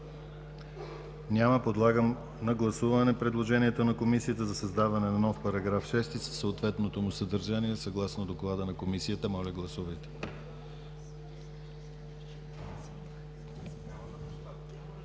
Няма. Подлагам на гласуване предложенията на Комисията за създаване на нов § 6, със съответното му съдържание съгласно доклада на Комисията. Гласували